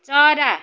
चरा